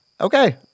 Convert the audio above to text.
Okay